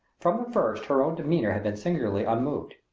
from the first her own demeanor had been singularly unmoved.